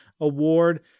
award